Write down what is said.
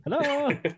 hello